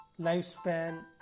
Lifespan